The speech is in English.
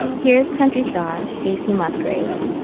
here's country star kacey musgraves